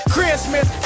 Christmas